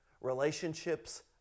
relationships